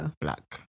black